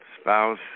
spouse